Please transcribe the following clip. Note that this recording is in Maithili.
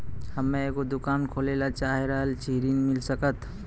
हम्मे एगो दुकान खोले ला चाही रहल छी ऋण मिल सकत?